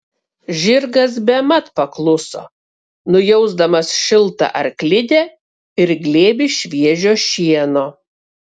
žirgas bemat pakluso nujausdamas šiltą arklidę ir glėbį šviežio šieno